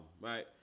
right